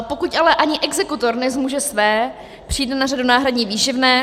Pokud ale ani exekutor nezmůže své, přijde na řadu náhradní výživné.